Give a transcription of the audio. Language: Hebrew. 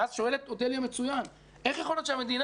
ואז שואלת אודליה מצוין: איך יכול להיות שהמדינה